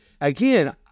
again